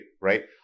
right